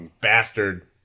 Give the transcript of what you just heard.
bastard